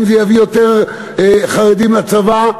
האם זה יביא יותר חרדים לצבא?